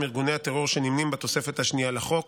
ארגוני הטרור שנמנים בתוספת השנייה לחוק.